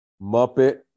Muppet